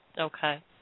Okay